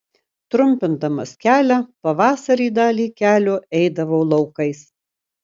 trumpindamas kelią pavasarį dalį kelio eidavau laukais